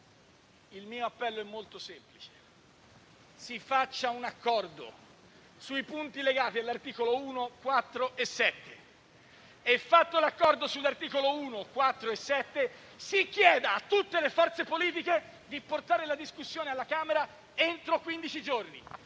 è un appello molto semplice *(Commenti)*: si faccia un accordo sui punti legati agli articoli 1, 4 e 7, e, fatto l'accordo sugli articoli 1, 4 e 7, si chieda a tutte le forze politiche di portare la discussione alla Camera entro quindici giorni.